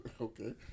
Okay